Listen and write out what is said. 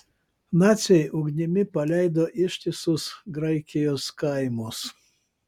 naciai ugnimi paleido ištisus graikijos kaimus